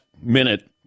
minute